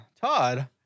todd